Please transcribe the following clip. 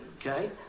okay